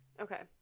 Okay